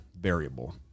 variable